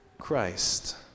Christ